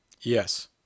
Yes